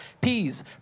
Peas